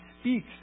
speaks